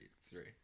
three